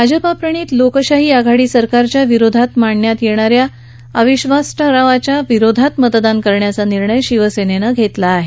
भाजपाप्रणीत लोकशाही आघाडी सरकारच्या विरोधात मांडण्यात आलेल्या अविश्वास ठरावाच्या विरोधात मतदान करण्याचा निर्णय शिवसेनेनं घेतलेला आहे